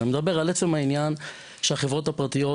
אני מדבר על עצם העניין שהחברות הפרטיות